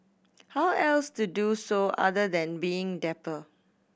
how else to do so other than being dapper